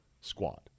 squad